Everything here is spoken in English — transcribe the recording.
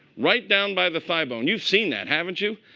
right down by the thigh bone, you've seen that, haven't you?